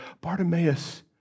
Bartimaeus